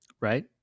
Right